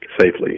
safely